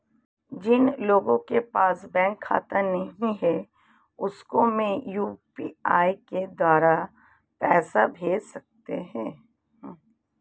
जिन लोगों के पास बैंक खाता नहीं है उसको मैं यू.पी.आई के द्वारा पैसे भेज सकता हूं?